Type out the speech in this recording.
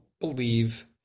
believe